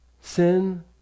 Sin